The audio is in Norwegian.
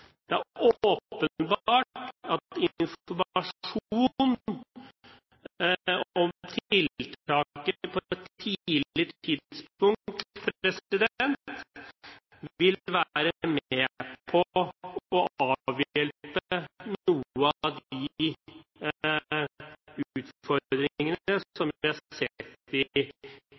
Det er åpenbart at informasjon om tiltaket på et tidlig tidspunkt vil være med på å avhjelpe noen av de utfordringene som vi har sett i disse sakene. Men uansett er det jo et